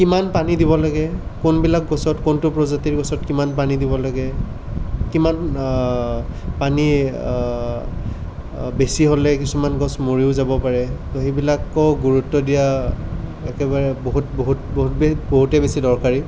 কিমান পানী দিব লাগে কোনবিলাক গছত কোনটো প্ৰজাতিৰ গছত কিমান পানী দিব লাগে কিমান পানী বেছি হ'লে কিছুমান গছ মৰিও যাব পাৰে তো সেইবিলাকো গুৰুত্ব দিয়া একেবাৰে বহুত বহুত বহুতবে বহুতেই বেছি দৰকাৰী